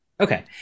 Okay